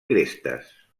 crestes